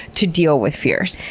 to deal with fears?